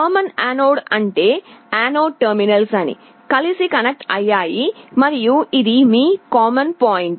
common anode అంటే anode terminals అన్నీ కలిసి కనెక్ట్ అయ్యాయి మరియు ఇది మీ కామన్ పాయింట్